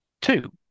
two